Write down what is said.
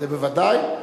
זה בוודאי.